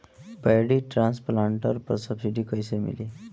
Paddy transplanter पर subsidy कैसे मिली?